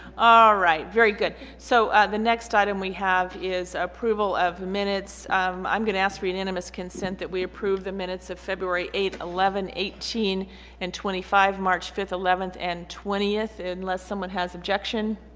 ah right very good so the next item we have is approval of minutes i'm going to ask for unanimous consent that we approve the minutes of february eight eleven eighteen and twenty five march fifth eleventh and twentieth unless someone has objection